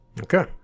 Okay